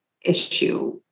issue